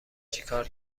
چیکار